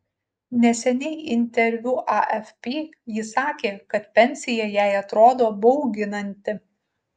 neseniai interviu afp ji sakė kad pensija jai atrodo bauginanti